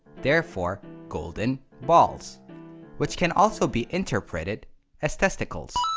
therefore golden balls which can also be interpreted as testicles.